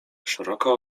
szeroko